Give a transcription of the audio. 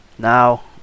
Now